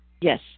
Yes